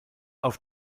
auf